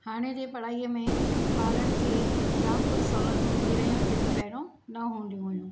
हाणे जे पढ़ाईअ में ॿारनि खे जाम कुझु सहूलियतूं मिली रहियूं आहिनि जेके पहिरों न हूंदियूं हुयूं